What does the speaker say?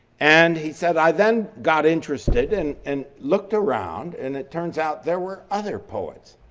and he said, i then got interested and and looked around and it turns out there were other poets.